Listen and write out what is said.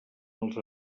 els